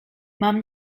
mam